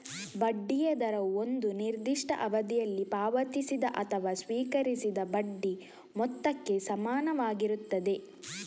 ಬಡ್ಡಿಯ ದರವು ಒಂದು ನಿರ್ದಿಷ್ಟ ಅವಧಿಯಲ್ಲಿ ಪಾವತಿಸಿದ ಅಥವಾ ಸ್ವೀಕರಿಸಿದ ಬಡ್ಡಿ ಮೊತ್ತಕ್ಕೆ ಸಮಾನವಾಗಿರುತ್ತದೆ